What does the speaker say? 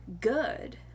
good